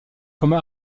coma